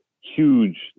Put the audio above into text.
huge